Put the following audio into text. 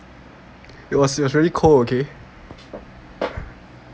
it was it was very cold okay